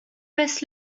passe